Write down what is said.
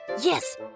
Yes